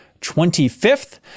25th